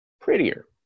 prettier